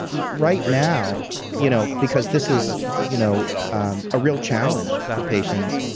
right now you know because this is you know um a real challenge for patients,